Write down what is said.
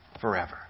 forever